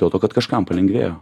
dėl to kad kažkam palengvėjo